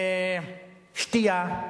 שתייה,